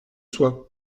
soit